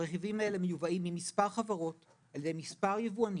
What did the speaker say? הרכיבים האלה מיובאים ממספר חברות על-ידי מספר יבואנים.